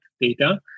data